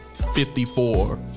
54